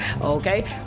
okay